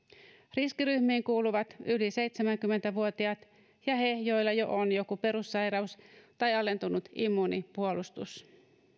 riskiryhmiin kuuluvat yli seitsemänkymmentä vuotiaat ja he joilla jo on joku perussairaus tai alentunut immuunipuolustus